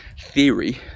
theory